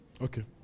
Okay